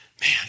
Man